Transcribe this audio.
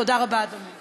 תודה רבה, אדוני.